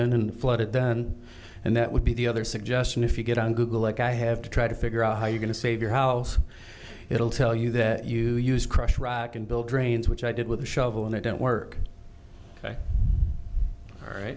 in and flooded then and that would be the other suggestion if you get on google like i have to try to figure out how you're going to save your house it'll tell you that you use crushed rock and build drains which i did with a shovel and it didn't work